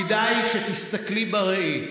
כדאי שתסתכלי בראי.